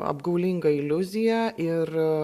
apgaulinga iliuzija ir